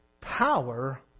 power